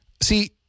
see